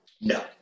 No